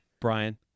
Brian